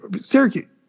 Syracuse